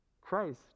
Christ